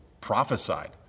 prophesied